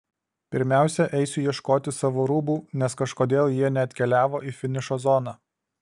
pirmiausia eisiu ieškoti savo rūbų nes kažkodėl jie neatkeliavo į finišo zoną